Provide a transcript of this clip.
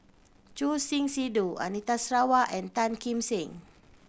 Choor Singh Sidhu Anita Sarawak and Tan Kim Seng